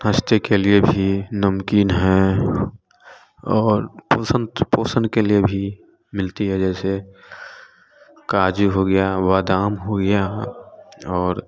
नाश्ते के लिए भी नमकीन है और पोषण पोषण के लिए भी मिलती है जैसे काजू हो गया बादाम हो गया और